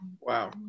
Wow